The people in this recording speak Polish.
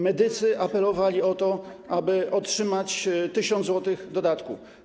Medycy apelowali o to, aby otrzymać 1000 zł dodatku.